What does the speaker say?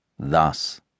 Thus